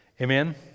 Amen